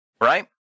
Right